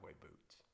boots